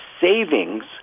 savings